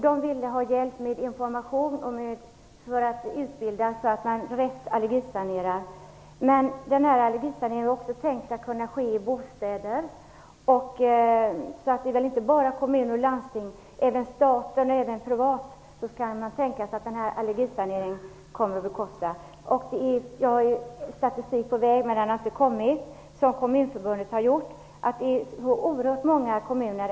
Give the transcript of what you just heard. De ville ha hjälp med information och utbildning i hur man allergisanerar rätt. Allergisaneringen är också tänkt att kunna ske i bostäder. Det gäller inte bara kommuner och landsting. Man kan tänka sig detta projekt kommer att bekosta allergisanering även för staten och privatpersoner. Det är statistik på väg som Kommunförbundet framställt. Men den har ännu inte kommit.